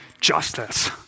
justice